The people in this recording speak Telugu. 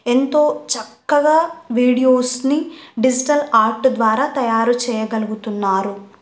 ఎంతో చక్కగా వీడియోస్ను డిజిటల్ ఆర్ట్ ద్వారా తయారు చెయ్యగలుగుతున్నారు